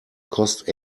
cost